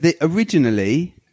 originally